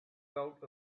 felt